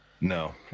No